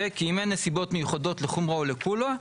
וכי אם אין נסיבות מיוחדות לחומרא או לקולא,